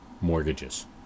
mortgages